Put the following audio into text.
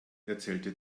erzählte